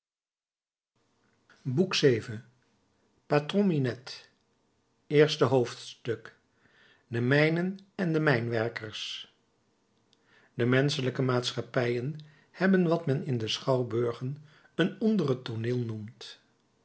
boek vii patron minette eerste hoofdstuk de mijnen en de mijnwerkers de menschelijke maatschappijen hebben wat men in de schouwburgen een onder het tooneel noemt